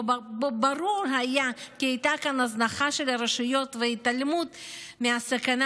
שבו ברור היה כי הייתה כאן הזנחה של הרשויות והתעלמות מהסכנה